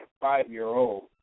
five-year-old